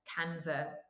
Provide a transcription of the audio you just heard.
Canva